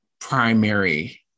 primary